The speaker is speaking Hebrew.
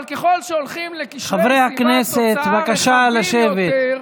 אבל ככל שהולכים לקשרי סיבה תוצאה רחבים יותר,